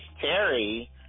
Terry